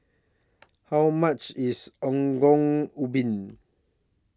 How much IS Ongol Ubi